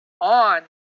on